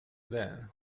det